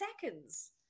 seconds